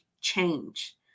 change